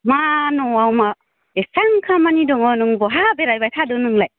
मा न'आव मा एसां खामानि दङ नों बहा बेरायबाय थादो नोंलाय